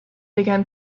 began